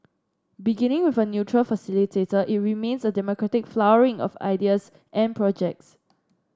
beginning with a neutral facilitator it remains a democratic flowering of ideas and projects